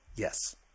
yes